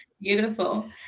Beautiful